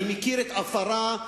אני מכיר את עופרה,